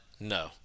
no